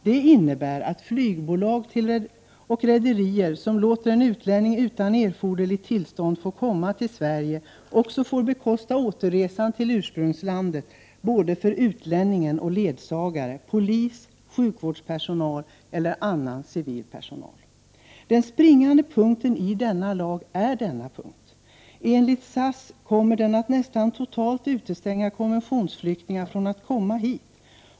Den innebär att flygbolag och rederier som låter en utlänning utan erforderligt tillstånd få komma till Sverige också får bekosta återresan till ursprungslandet för utlänning, ledsagare, polis, sjukvårdspersonal eller annan civil personal. Det är den springande punkten i denna lag. Enligt SAS kommer den att nästan totalt utestänga konventionsflyktingar från att komma till Sverige.